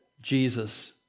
Jesus